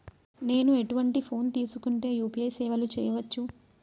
నేను ఎటువంటి ఫోన్ తీసుకుంటే యూ.పీ.ఐ సేవలు చేయవచ్చు?